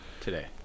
Today